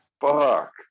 fuck